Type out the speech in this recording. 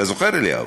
אתה זוכר, אליהו?